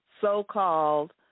so-called